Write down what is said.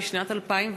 התשע"ד 2014,